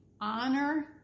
honor